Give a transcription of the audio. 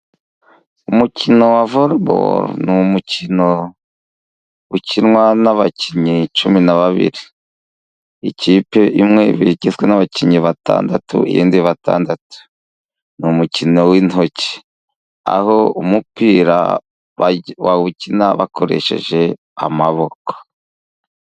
Umukino wa voreboro ni umukino ukinwa n'abakinnyi cumi na babiri. Ikipe imwe iba igizwe n'abakinnyi batandatu, iyindi batandatu. Ni umukino w'intoki aho umupira bawukina bakoresheje amaboko.